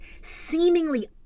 seemingly